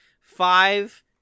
five